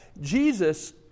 Jesus